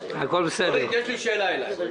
אורית, יש לי שאלה אלייך.